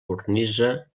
cornisa